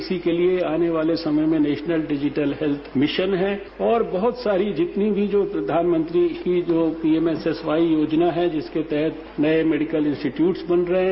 इसी के लिए आने वाले समय में नेशनल डिजिटल हेल्थ मिशन है और बहुत सारी जितनी भी जो प्रधानमंत्री की जो पीएमएसएसवाई योजना है जिसके तहत नये मेडिकल इंस्टीतटयूटस बन रहे हैं